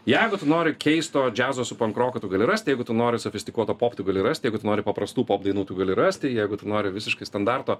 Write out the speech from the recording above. jeigu tu nori keisto džiazo su pankroku tu gali rasti jeigu tu nori sofistikuoto pop tu gali rasti jeigu tu nori paprastų pop dainų tu gali rasti jeigu tu nori visiškai standarto